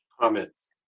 Comments